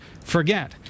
forget